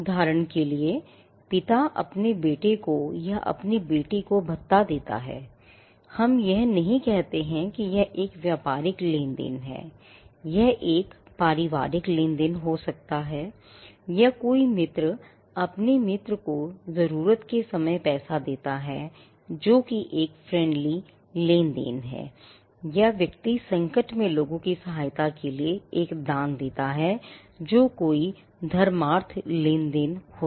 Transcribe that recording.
उदाहरण के लिए पिता अपने बेटे को या अपनी बेटी को भत्ता देता है हम यह नहीं कहते हैं कि यह एक व्यापारिक लेनदेन है यह एक पारिवारिक लेनदेन हो सकता है या कोई मित्र अपने मित्र को जरूरत के समय में पैसा देता है जो कि एक friendly लेनदेन है या व्यक्ति संकट में लोगों की सहायता के लिए एक दान देता है जो कोई धर्मार्थ लेनदेन होता है